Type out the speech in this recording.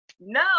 No